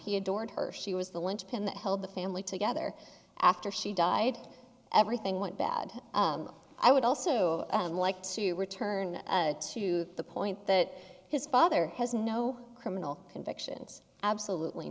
he adored her she was the linchpin that held the family together after she died everything went bad i would also like to return to the point that his father has no criminal convictions absolutely